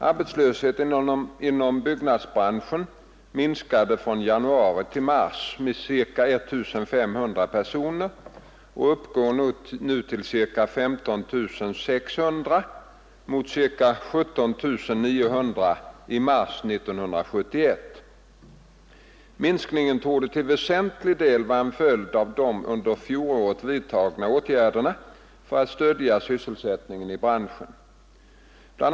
Arbetslösheten inom byggnadsbranschen minskade från januari till mars med ca 1 500 personer och uppgår nu till ca 15 600 mot ca 17 900 i mars 1971. Minskningen torde till väsentlig del vara en följd av de under fjolåret vidtagna åtgärderna för att stödja sysselsättningen i branschen. Bl.